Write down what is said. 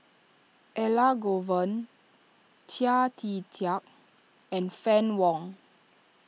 Elangovan Chia Tee Chiak and Fann Wong